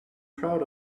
proud